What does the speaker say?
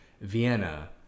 Vienna